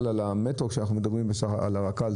על המטרו כשאנחנו מדברים על הרכ"ל.